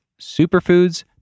superfoods